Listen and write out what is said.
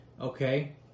okay